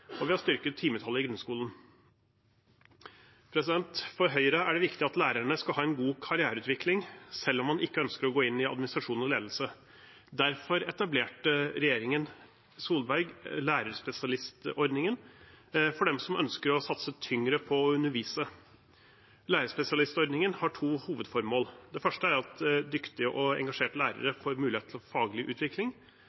og vi har styrket timetallet i grunnskolen. For Høyre er det viktig at lærerne skal ha en god karriereutvikling, selv om man ikke ønsker å gå inn i administrasjon og ledelse. Derfor etablerte regjeringen Solberg lærerspesialistordningen for dem som ønsker å satse tyngre på å undervise. Lærerspesialistordningen har to hovedformål. Det første er at dyktige og engasjerte lærere